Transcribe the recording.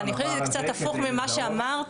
אבל אני חושבת שזה קצת הפוך ממה שאמרת,